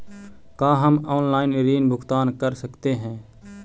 का हम आनलाइन ऋण भुगतान कर सकते हैं?